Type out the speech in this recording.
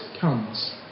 comes